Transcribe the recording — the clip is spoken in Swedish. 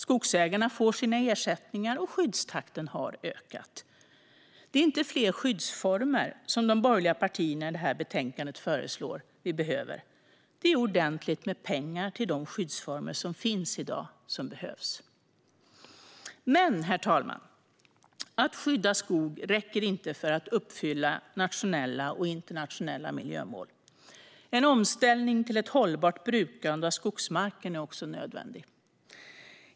Skogsägarna får sina ersättningar, och skyddstakten har ökat. Det är inte fler skyddsformer som de borgerliga partierna föreslår i betänkandet, utan det är ordentligt med pengar till de skyddsformer som finns i dag. Men, herr talman, att skydda skog räcker inte för att uppfylla nationella och internationella miljömål. En omställning till ett hållbart brukande av skogsmarken är också nödvändig.